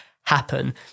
happen